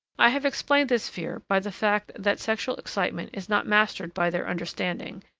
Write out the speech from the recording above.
i have explained this fear by the fact that sexual excitement is not mastered by their understanding,